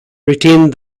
retained